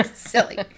silly